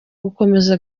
gukomeza